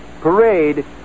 parade